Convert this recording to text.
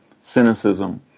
cynicism